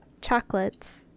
chocolates